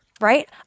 right